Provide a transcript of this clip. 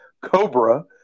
Cobra